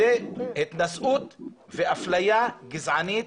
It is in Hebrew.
זאת התנשאות ואפליה גזענית